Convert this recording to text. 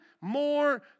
more